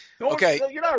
Okay